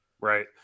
Right